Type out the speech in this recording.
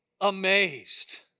amazed